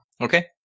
Okay